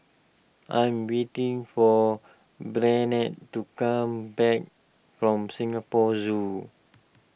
I'm waiting for Barnard to come back from Singapore Zoo